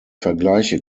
vergleiche